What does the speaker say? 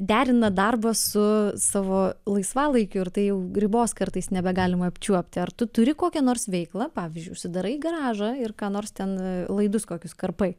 derina darbą su savo laisvalaikiu ir tai jau ribos kartais nebegalima apčiuopti ar tu turi kokią nors veiklą pavyzdžiui užsidarai garažą ir ką nors ten laidus kokius karpai